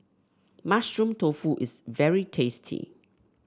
Mushroom Tofu is very tasty